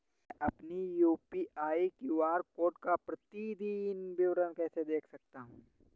मैं अपनी UPI QR code का प्रतीदीन विवरण कैसे देख सकता हूँ?